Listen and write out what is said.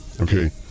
okay